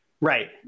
right